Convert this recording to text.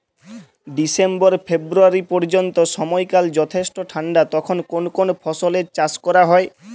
December ফেব্রুয়ারি পর্যন্ত সময়কাল যথেষ্ট ঠান্ডা তখন কোন কোন ফসলের চাষ করা হয়?